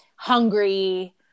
hungry